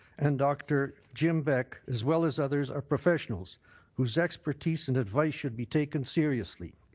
and dr. jim beck as well as others are professionals whose expertise and advice should be taken seriously.